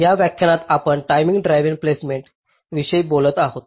या व्याख्यानात आपण टायमिंग ड्राईव्ह प्लेसमेंट विषयी बोलत आहोत